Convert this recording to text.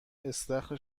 استخر